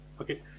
okay